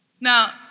Now